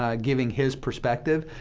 ah giving his perspective.